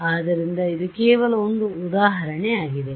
ಆದ್ದರಿಂದ ಇದು ಕೇವಲ ಒಂದು ಉದಾಹರಣೆಯಾಗಿದೆ